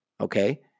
okay